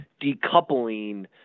decoupling